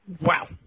Wow